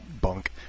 bunk